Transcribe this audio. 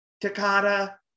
Takata